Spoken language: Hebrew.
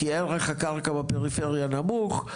כי ערך הקרקע בפריפריה נמוך,